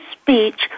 speech